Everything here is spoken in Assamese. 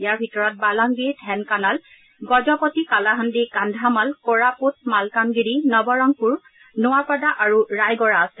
ইয়াৰ ভিতৰত বালাংগিৰ ঢেনকানাল গজপতি কালাহান্দী কান্ঢামাল কৰাপুট মালকানগিৰি নৱৰংগপুৰ নোবাপাডা আৰু ৰায়গড়া আছে